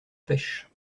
pêche